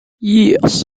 yes